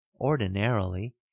ordinarily